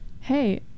hey